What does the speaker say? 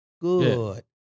Good